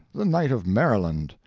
the knight of maryland,